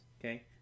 okay